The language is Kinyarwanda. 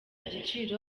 giciro